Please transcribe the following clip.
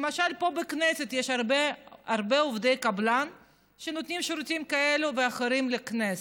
למשל פה בכנסת יש הרבה עובדי קבלן שנותנים שירותים כאלה ואחרים לכנסת.